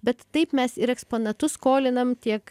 bet taip mes ir eksponatus skolinam tiek